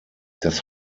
das